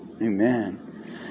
amen